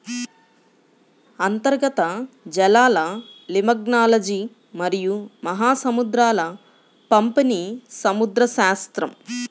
అంతర్గత జలాలలిమ్నాలజీమరియు మహాసముద్రాల పంపిణీసముద్రశాస్త్రం